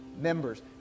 members